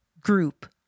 group